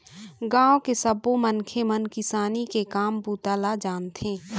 गाँव के सब्बो मनखे मन किसानी के काम बूता ल जानथे